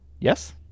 Yes